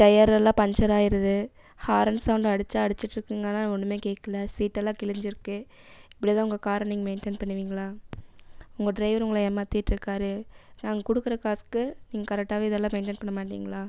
tyre எல்லாம் puncture ஆகிடுது horn sound அடித்தா அடிச்சுட்டு இருக்குது ஆனால் ஒன்றுமே கேட்கல சீட் எல்லாம் கிழிஞ்சு இருக்குது இப்படிதான் உங்கள் காரை நீங்கள் மெயின்டைன் பண்ணுவீங்களா உங்கள் டிரைவர் உங்களை ஏமாற்றிட்டு இருக்கார் நாங்கள் கொடுக்குற காசுக்கு நீங்கள் கரெக்ட்டாகவே இதெல்லாம் மெயின்டேன் பண்ண மாட்டிங்களா